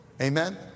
Amen